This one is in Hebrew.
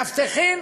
מאבטחים